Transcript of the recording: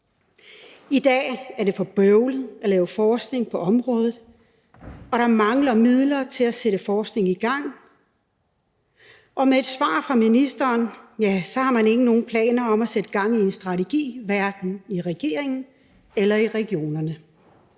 I dag er det for bøvlet at lave forskning på området, og der mangler midler til at sætte forskning i gang. Og ifølge et svar fra ministeren har man ikke nogen planer om at sætte gang i en strategi, hverken i regeringen eller i regionerne.